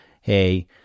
hey